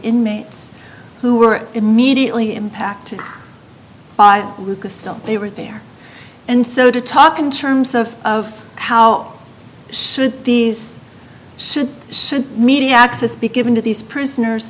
inmates who were immediately impacted by lucasfilm they were there and so to talk in terms of of how should these should should media access be given to these prisoners